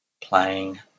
playing